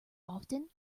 often